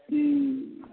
हूँ